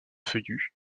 feuillus